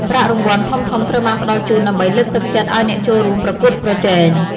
ប្រាក់រង្វាន់ ធំៗត្រូវបានផ្តល់ជូនដើម្បីលើកទឹកចិត្តឱ្យអ្នកចូលរួមប្រកួតប្រជែង។